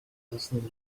radosnym